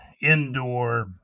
indoor